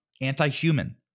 anti-human